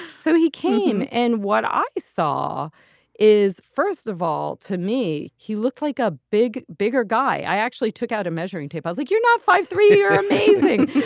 so he came. and what i saw is, first of all, to me, he looked like a big, bigger guy i actually took out a measuring tape i was like, you're not five zero three or amazing.